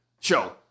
Show